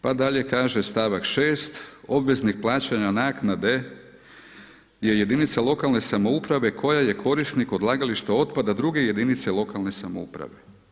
Pa dalje kaže stavak 6. obveznih plaćanja naknade gdje jedinica lokalne samouprave koja je korisnik odlagališta otpada druge jedinice lokalne samouprave.